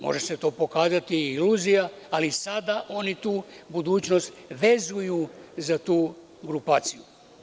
Može se to pokazati kao iluzija, ali sada oni tu budućnost vezuju za tu grupaciju.